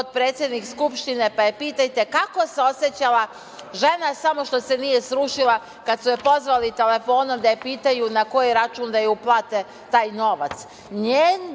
potpredsednik Skupštine, pa je pitajte kako se osećala, žena samo što se nije srušila kad su je pozvali telefonom da je pitaju na koji račun da joj uplate taj novac.